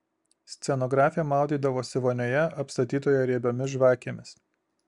scenografė maudydavosi vonioje apstatytoje riebiomis žvakėmis